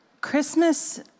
Christmas